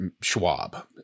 Schwab